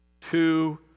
two